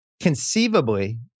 Conceivably